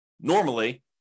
normally